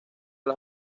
las